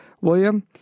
William